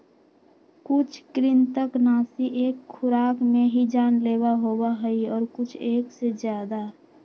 कुछ कृन्तकनाशी एक खुराक में ही जानलेवा होबा हई और कुछ एक से ज्यादा